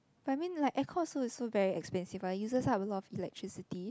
I mean like aircon also very expensive lah uses a lot of electricity